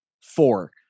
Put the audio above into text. four